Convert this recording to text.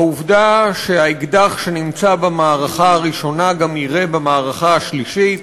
העובדה שהאקדח שנמצא במערכה הראשונה גם יירה במערכה השלישית,